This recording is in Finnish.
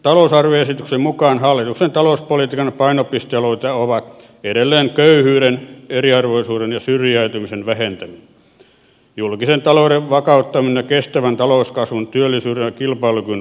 talousarvioesityksen mukaan hallituksen talouspolitiikan painopistealueita ovat edelleen köyhyyden eriarvoisuuden ja syrjäytymisen vähentäminen julkisen talouden vakauttaminen ja kestävän talouskasvun työllisyyden ja kilpailukyvyn vahvistaminen